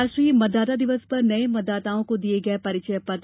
राष्ट्रीय मतदाता दिवस पर नये मतदाताओं को दिये गये परिचय पत्र